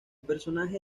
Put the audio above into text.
personaje